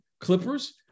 Clippers